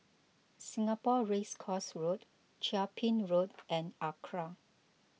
Singapore Race Course Chia Ping Road and Acra